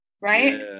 right